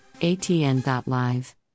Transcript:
atn.live